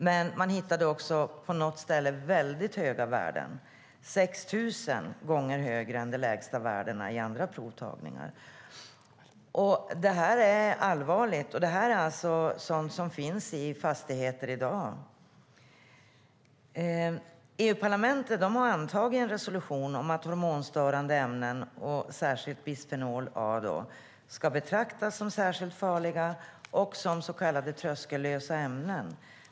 Men på ett ställe hittade man väldigt höga värden, 6 000 gånger högre än de lägsta värdena vid andra provtagningar. Detta är allvarligt. Det är sådant som finns i fastigheter i dag. EU-parlamentet har antagit en resolution om att hormonstörande ämnen - och i synnerhet bisfenol A - ska betraktas som särskilt farliga och som så kallade tröskellösa ämnen.